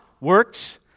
works